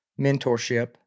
mentorship